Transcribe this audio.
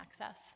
access